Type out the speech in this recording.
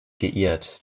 geirrt